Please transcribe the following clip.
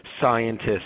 scientists